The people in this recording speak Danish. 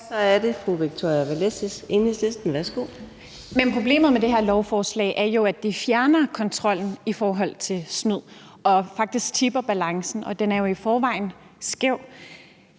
Kl. 13:40 Victoria Velasquez (EL): Problemet med det her lovforslag er, at det fjerner kontrollen i forhold til snyd og faktisk tipper balancen, og den er jo i forvejen skæv.